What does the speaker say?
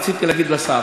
רציתי להגיד לך,